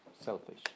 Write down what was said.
selfish